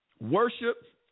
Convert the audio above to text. Worship